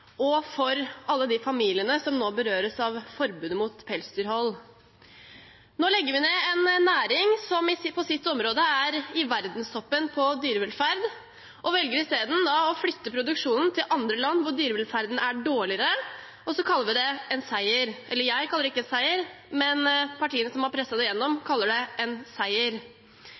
og for alle de familiene som nå berøres av forbudet mot pelsdyrhold. Nå legger vi ned en næring som på sitt område er i verdenstoppen i dyrevelferd, og velger i stedet å flytte produksjonen til andre land der dyrevelferden er dårligere. Så kaller vi det en seier. Jeg kaller det ikke en seier, men partiene som har presset det gjennom, kaller det en seier.